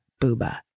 Booba